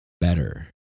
better